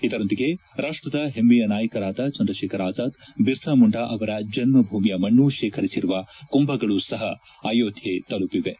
ಇದರೊಂದಿಗೆ ರಾಷ್ತ್ರದ ಹೆಮ್ಮೆಯ ನಾಯಕರಾದ ಚಂದ್ರಶೇಖರ್ ಆಜಾದ್ ಬಿರ್ಸಾ ಮುಂಡಾ ಅವರ ಜನ್ಮ ಭೂಮಿಯ ಮಣ್ಣು ಶೇಖರಿಸಿರುವ ಕುಂಭಗಳು ಸಹ ಅಯೋಧ್ಯೆ ತೆಲುಪಿವೆ